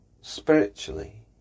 spiritually